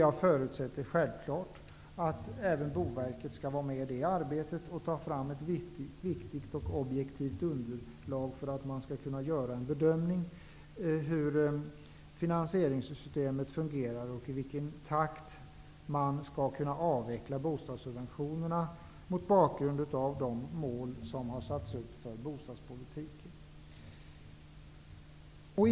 Jag förutsätter såsom självklart att även Boverket skall var med i det arbetet och ta fram ett viktigt och objektivt underlag för att man skall kunna göra en bedömning av hur finansieringssystemet fungerar och i vilken takt man kan avveckla bostadssubventionerna mot bakgrund av de mål som har satts upp för bostadspolitiken.